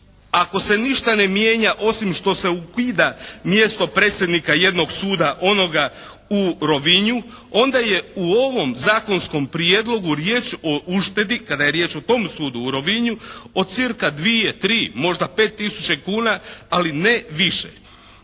ako se ništa ne mijenja osim što se ukida mjesto predsjednika jednog suda, onoga u Rovinju onda je u ovom zakonskom prijedlogu riječ o uštedi kada je riječ o tom sudu u Rovinju o cirka dvije, tri, možda pet tisuća kuna ali ne više.